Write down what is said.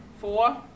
Four